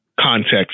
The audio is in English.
Context